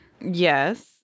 yes